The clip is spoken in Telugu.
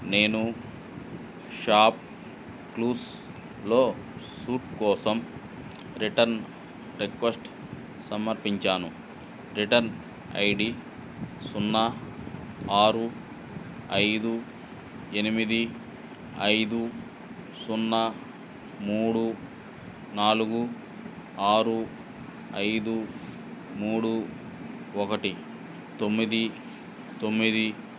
నేను షాప్ క్లూస్లో సూట్ కోసం రిటర్న్ రిక్వెస్ట్ సమర్పించాను రిటర్న్ ఐ డీ సున్నా ఆరు ఐదు ఎనిమిది ఐదు సున్నా మూడు నాలుగు ఆరు ఐదు మూడు ఒకటి తొమ్మిది తొమ్మిది